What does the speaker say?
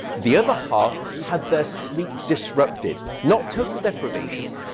the other half had their sleep disrupted. not total deprivation.